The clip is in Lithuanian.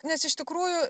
nes iš tikrųjų